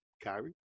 Kyrie